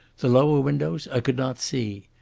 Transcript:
the lower windows i could not see.